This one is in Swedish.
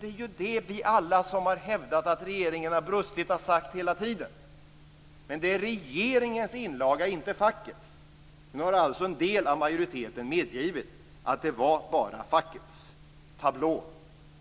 Det är ju det vi alla som har hävdat att regeringen har brustit har sagt hela tiden. Men det är regeringens inlaga, inte fackets. Nu har alltså en del av majoriteten medgivit att det var bara fackets. Tablå!